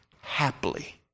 happily